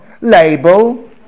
label